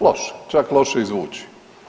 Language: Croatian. Loše, čak loše i zvuči.